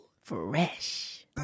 Fresh